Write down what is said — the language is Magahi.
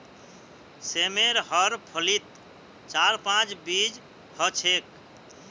सेमेर हर फलीत चार पांच बीज ह छेक